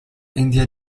india